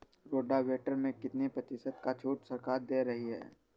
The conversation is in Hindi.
रोटावेटर में कितनी प्रतिशत का छूट सरकार दे रही है?